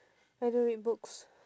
I don't read books